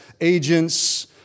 agents